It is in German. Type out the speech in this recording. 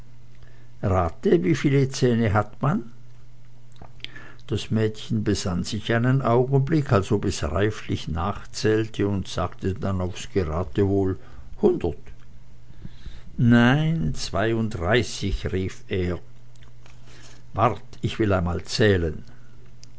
rate wie viele zähne hat man das mädchen besann sich einen augenblick als ob es reiflich nachzählte und sagte dann auf geratewohl hundert nein zweiunddreißig rief er wart ich will einmal zählen